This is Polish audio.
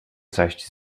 zajść